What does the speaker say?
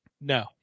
No